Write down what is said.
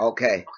Okay